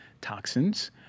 toxins